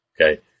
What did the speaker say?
okay